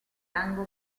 rango